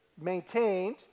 maintained